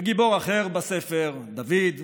וגיבור אחר בספר, דויד,